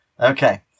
Okay